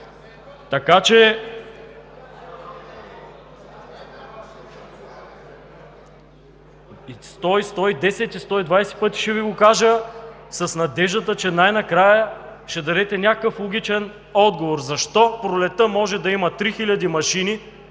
Сто, 110 и 120 пъти ще Ви го кажа с надеждата, че най-накрая ще дадете някакъв логичен отговор: защо пролетта може да има 3000 машини,